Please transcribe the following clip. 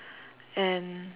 and